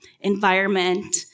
environment